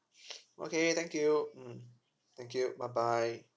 okay thank you mm thank you bye bye